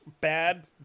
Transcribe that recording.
Bad